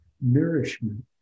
nourishment